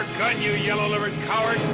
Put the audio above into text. you yellow-livered coward.